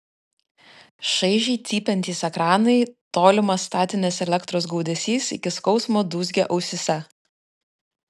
šaižiai cypiantys ekranai tolimas statinės elektros gaudesys iki skausmo dūzgė ausyse